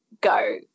go